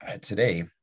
today